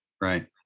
right